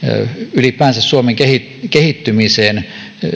ylipäänsä suomen kehittymiseen